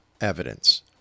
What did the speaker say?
evidence